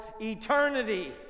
eternity